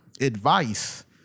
advice